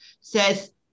says